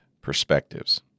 perspectives